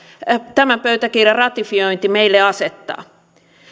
tämän pöytäkirjan ratifiointi meille asettaa